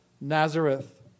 Nazareth